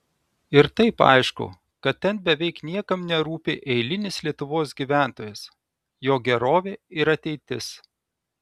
ir taip aišku kad ten beveik niekam nerūpi eilinis lietuvos gyventojas jo gerovė ir ateitis